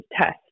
test